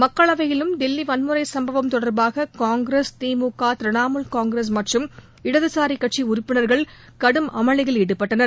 மக்களவையிலும் தில்லி வன்முறை சும்பவம் தொடா்பாக காங்கிரஸ் திமுக திரிணாமூல் காங்கிரஸ் மற்றும் இடதுசாரிக் கட்சி உறுப்பினர்கள் கடும் அமளியில் ஈடுபட்டனர்